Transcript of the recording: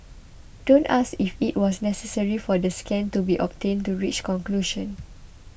don't ask if it was necessary for the scan to be obtained to reach conclusion